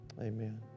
Amen